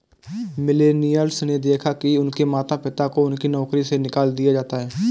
millennials ने देखा है कि उनके माता पिता को उनकी नौकरी से निकाल दिया जाता है